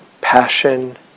passion